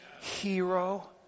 hero